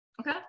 Okay